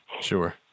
Sure